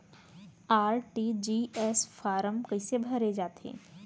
RTGS form कइसे भरे जाथे?